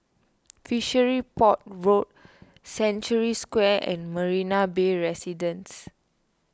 Fishery Port Road Century Square and Marina Bay Residences